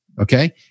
Okay